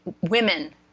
women